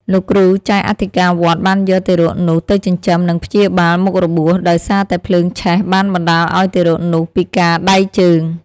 លោកគ្រូចៅអធិការវត្តបានយកទារកនោះទៅចិញ្ចឹម និងព្យាបាលមុខរបួស ដោយសារតែភ្លើងឆេះបានបណ្តាលឱ្យទារកនោះពិការដៃជើង ។